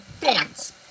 dance